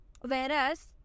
whereas